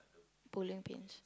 bowling pins